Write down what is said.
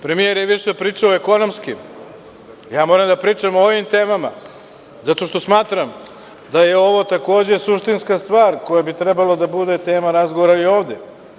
Premijer je više pričao o ekonomskim, ja moram da pričam o ovim temama zato što smatram da je ovo takođe suštinska stvar koja bi trebalo da bude tema razgovora i ovde.